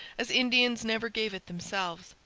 as indians never gave it themselves.